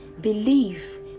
believe